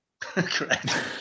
Correct